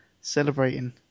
celebrating